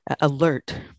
alert